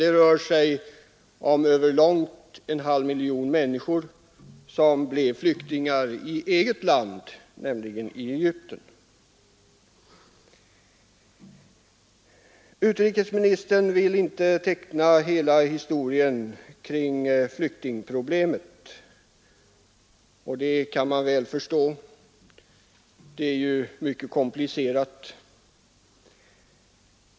Det rör sig ändå om långt över en halv miljon människor, som blev flyktingar i eget land, nämligen Egypten. Utrikesministern vill inte teckna hela historien kring flyktingproblemen, och det kan man väl förstå. Det hela är mycket komplicerat.